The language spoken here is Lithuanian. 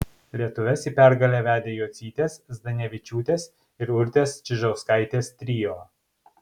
lietuves į pergalę vedė jocytės zdanevičiūtės ir urtės čižauskaitės trio